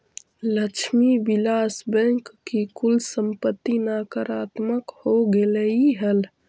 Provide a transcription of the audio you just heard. Lakshmi Vilas bank की कुल संपत्ति नकारात्मक हो गेलइ हल